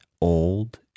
old